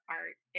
art